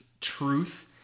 truth